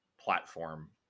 platform